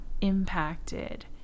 impacted